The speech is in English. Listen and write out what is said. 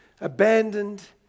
abandoned